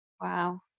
Wow